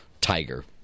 tiger